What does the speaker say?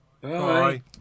Bye